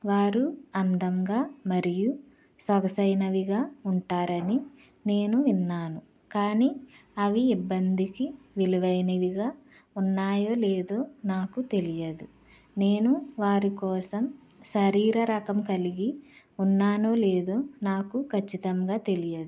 వారు అందంగా మరియు సొగసైనవిగా ఉంటారని నేను విన్నాను కానీ అవి ఇబ్బందికి విలువైనవిగా ఉన్నాయో లేదో నాకు తెలియదు నేను వారి కోసం శరీర రకం కలిగి ఉన్నాను లేదో నాకు ఖచ్చితంగా తెలియదు